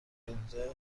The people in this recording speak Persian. آلوده